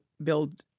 build